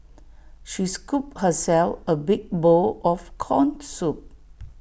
she scooped herself A big bowl of Corn Soup